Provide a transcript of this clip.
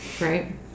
right